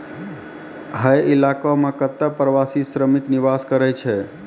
हय इलाको म कत्ते प्रवासी श्रमिक निवास करै छै